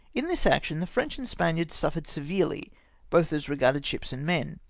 in this action the french and spaniards suffered severely both as regarded ships and men,